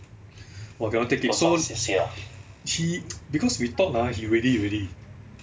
!wah! cannot take it so he because we thought ah he ready already